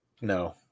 no